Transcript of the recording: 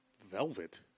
Velvet